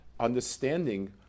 understanding